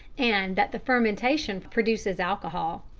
and that the fermentation produces alcohol.